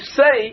say